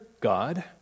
God